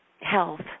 health